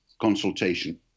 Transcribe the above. consultation